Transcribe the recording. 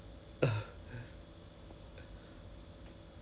troublesome ah !aiya! 不懂 lah anyway so now that's the plan lor